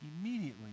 Immediately